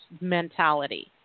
mentality